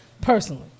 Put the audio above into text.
personally